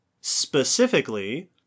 Specifically